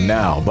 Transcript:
now